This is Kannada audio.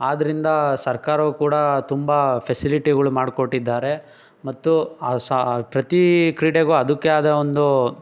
ಆದ್ದರಿಂದ ಸರ್ಕಾರವು ಕೂಡ ತುಂಬ ಫೆಸಿಲಿಟಿಗಳು ಮಾಡಿಕೊಟ್ಟಿದ್ದಾರೆ ಮತ್ತು ಪ್ರತಿ ಕ್ರೀಡೆಗೂ ಅದಕ್ಕೇ ಆದ ಒಂದು